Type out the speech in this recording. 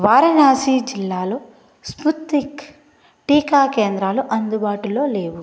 వారణాసి జిల్లాలో స్పుత్నిక్ టీకా కేంద్రాలు అందుబాటులో లేవు